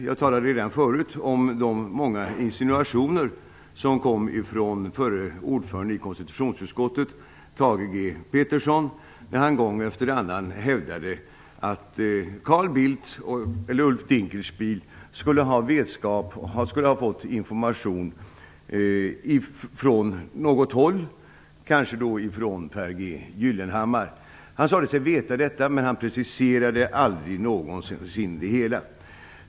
Jag talade redan förut om de många insinuationer som kom från förre ordföranden i konstitutionsutskottet, Thage G Peterson, när han gång efter annan hävdade att Carl Bildt eller Ulf Dinkelspiel skulle ha fått information från något håll, kanske från Pehr G. Gyllenhammar. Han sade sig veta detta, men han preciserade aldrig någonsin sin del i det hela.